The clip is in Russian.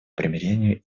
примирению